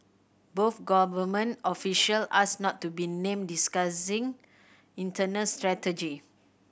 both government official asked not to be named discussing internal strategy